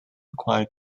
require